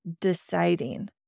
deciding